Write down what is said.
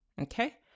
okay